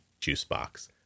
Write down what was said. juicebox